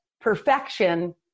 perfection